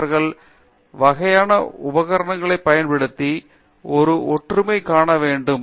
அவர்கள் வகையான உபகரணங்கள் பயன்படுத்தி ஒரு ஒற்றுமை காண வேண்டும்